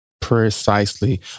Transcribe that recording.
Precisely